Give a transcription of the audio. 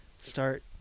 start